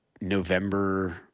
November